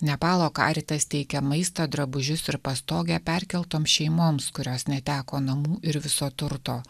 nepalo karitas teikia maistą drabužius ir pastogę perkeltom šeimoms kurios neteko namų ir viso turto